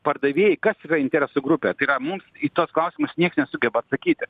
pardavėjai kas yra interesų grupė tai yra mums į tuos klausimus nieks nesugeba atsakyti